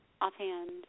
Offhand